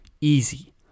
Easy